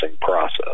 process